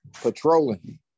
patrolling